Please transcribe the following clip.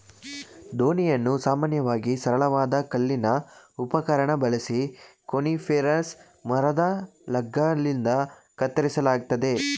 ದೋಣಿಯನ್ನು ಸಾಮಾನ್ಯವಾಗಿ ಸರಳವಾದ ಕಲ್ಲಿನ ಉಪಕರಣ ಬಳಸಿ ಕೋನಿಫೆರಸ್ ಮರದ ಲಾಗ್ಗಳಿಂದ ಕತ್ತರಿಸಲಾಗ್ತದೆ